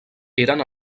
eren